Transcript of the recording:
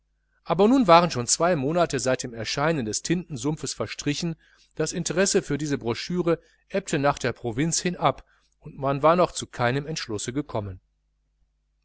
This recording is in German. aber nun waren schon zwei monate seit dem erscheinen des tintensumpfes verstrichen das interesse für diese brochüre ebbte nach der provinz hin ab und man war noch zu keinem entschlusse gekommen